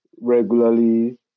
regularly